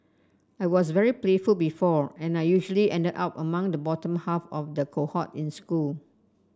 I was very playful before and I usually ended up among the bottom half of the cohort in school